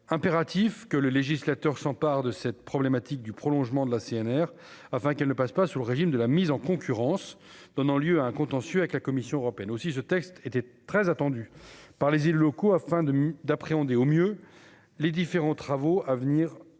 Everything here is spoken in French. était impératif que le législateur s'emparent de cette problématique du prolongement de la CNR afin qu'elles ne passent pas sous le régime de la mise en concurrence, donnant lieu à un contentieux avec la Commission européenne aussi ce texte était très attendue par les îles locaux afin de d'appréhender au mieux les différents travaux à venir sur